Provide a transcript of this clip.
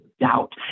doubt